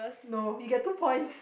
no he get two points